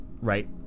right